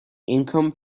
income